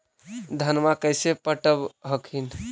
धन्मा कैसे पटब हखिन?